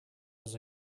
was